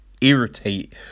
irritate